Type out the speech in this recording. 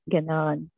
Ganon